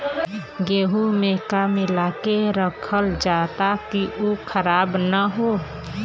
गेहूँ में का मिलाके रखल जाता कि उ खराब न हो?